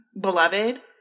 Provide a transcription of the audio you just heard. Beloved